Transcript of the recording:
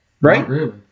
Right